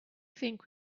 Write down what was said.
think